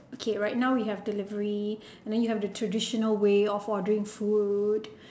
okay right now we have delivery and then you have the traditional way of ordering food